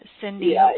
Cindy